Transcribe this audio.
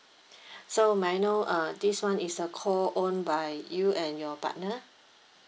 so may I know uh this one is a co-own by you and your partner